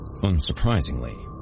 Unsurprisingly